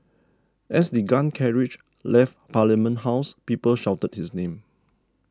as the gun carriage left Parliament House people shouted his name